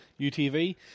UTV